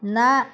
ନା